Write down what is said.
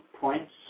points